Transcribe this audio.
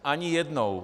Ani jednou.